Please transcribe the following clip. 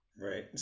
Right